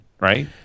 Right